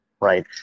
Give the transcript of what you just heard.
Right